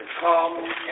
Come